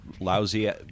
lousy